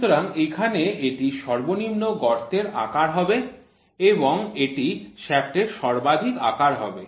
সুতরাং এখানে এটি সর্বনিম্ন গর্তের আকার হবে এবং এটি শ্যাফ্টের সর্বাধিক আকার হবে